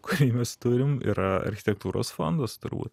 kurį mes turim yra architektūros fondas turbūt